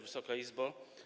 Wysoka Izbo!